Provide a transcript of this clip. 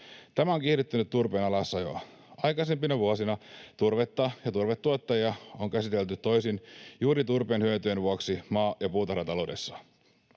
Tämä on kiihdyttänyt turpeen alasajoa. Aikaisempina vuosina turvetta ja turvetuottajia on käsitelty toisin juuri turpeen hyötyjen vuoksi maa‑ ja puutarhataloudessa.